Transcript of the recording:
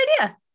idea